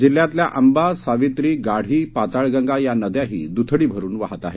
जिल्हयातल्या आंबा सावित्री गाढी पाताळगंगा या नद्याही दुथडी भरून वाहत आहेत